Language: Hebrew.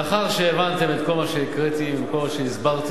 לאחר שהבנתם את כל מה שהקראתי וכל מה שהסברתי,